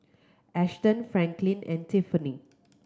Ashton Franklin and Tiffanie